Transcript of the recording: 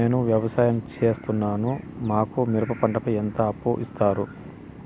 నేను వ్యవసాయం సేస్తున్నాను, మాకు మిరప పంటపై ఎంత అప్పు ఇస్తారు